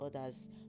others